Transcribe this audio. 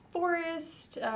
forest